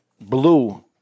blue